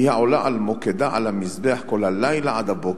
היא העֹלה על מוקדה על המזבח כל הלילה עד הבֹקר",